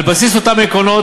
על בסיס אותם עקרונות,